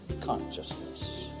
consciousness